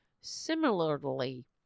Similarly